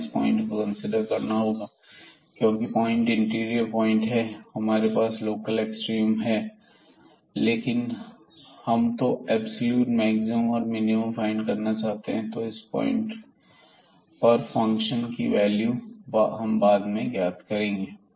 हमें इस पॉइंट को कंसीडर करना होगा क्योंकि पॉइंट इंटीरियर पॉइंट पर हमारे पास लोकल एक्सट्रीमा है लेकिन हम तो एब्सलूट मैक्सिमम और मिनिमम फाइंड करना चाहते हैं तो इस पॉइंट पर फंक्शन की वैल्यू हम बाद में ज्ञात करेंगे